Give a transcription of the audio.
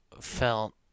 felt